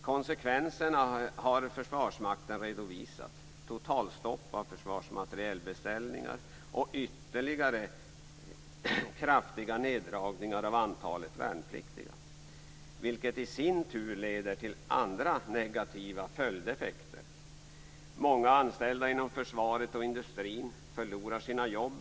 Konsekvenserna har Försvarsmakten redovisat: totalstopp för försvarsmaterielbeställningar och ytterligare kraftiga neddragningar av antalet värnpliktiga. Detta leder i sin tur till andra negativa följdeffekter. Många anställda inom försvaret och industrin förlorar sina jobb.